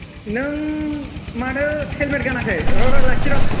नों मानो हेलमेथ गानाखै र' र' लाखि र'